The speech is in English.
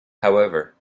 however